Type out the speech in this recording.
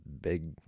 big